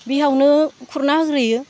बिहावनो खुरना होग्रोयो